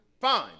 Fine